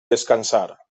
descansar